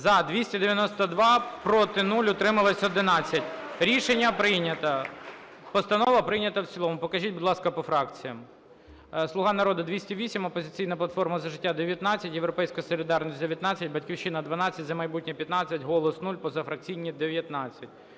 За-292 Проти – 0, утримались – 11. Рішення прийнято. Постанова прийнята в цілому. Покажіть, будь ласка, по фракціям. "Слуга народу" – 208, "Опозиційна платформа - За життя" – 19, "Європейська солідарність" – 19, "Батьківщина" -12, "За майбутнє" – 15, "Голос" – 0, позафракційні – 19.